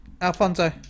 Alfonso